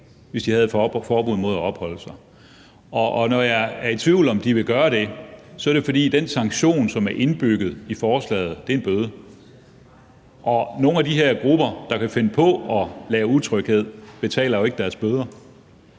hvis de har et forbud mod at opholde sig der. Når jeg er i tvivl, om de vil gøre det, er det jo, fordi den sanktion, som er indbygget i forslaget, er en bøde. Og nogle af de her grupper, som kan finde på at skabe utryghed, betaler jo ikke deres bøder.